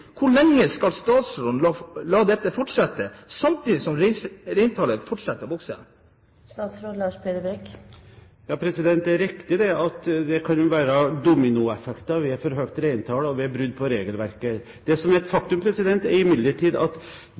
Hvor lenge skal statsråden la dette fortsette, samtidig som reintallet fortsetter å vokse? Det er riktig at det kan være dominoeffekter ved for høyt reintall og ved brudd på regelverket. Det som er et faktum, er imidlertid at